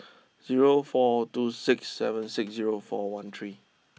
zero four two six seven six zero four one three